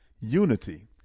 unity